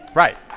right!